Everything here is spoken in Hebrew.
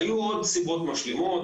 היו עוד סיבות משלימות,